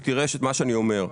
ותראה את מה שאני אומר.